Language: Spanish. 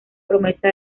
promesa